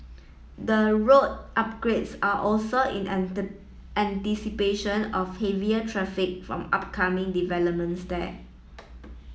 the road upgrades are also in anticipation of heavier traffic from upcoming developments there